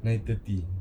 nine thirty